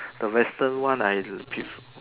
the Western one I pre